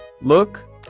Look